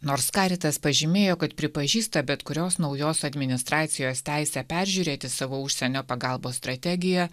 nors karitas pažymėjo kad pripažįsta bet kurios naujos administracijos teisę peržiūrėti savo užsienio pagalbos strategiją